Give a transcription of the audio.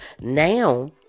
now